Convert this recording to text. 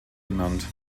genannt